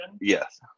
Yes